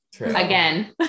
again